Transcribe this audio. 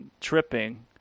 tripping